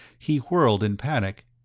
he whirled in panic,